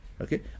okay